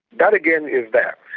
that again is there.